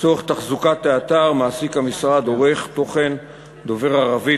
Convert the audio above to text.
לצורך תחזוקת האתר המשרד מעסיק עורך תוכן דובר ערבית,